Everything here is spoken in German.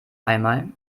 einmal